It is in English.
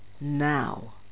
now